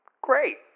Great